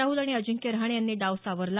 राहुल आणि अजिंक्य रहाणे यांनी डाव सावरला